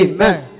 Amen